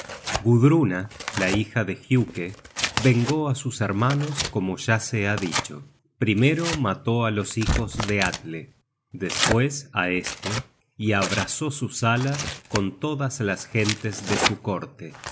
gudruna la hija de giuke vengó á sus hermanos como ya se ha dicho primero mató á los hijos de atle despues á este y abrasó su sala con todas las gentes de su corte